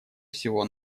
всего